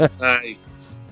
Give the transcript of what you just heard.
Nice